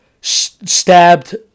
stabbed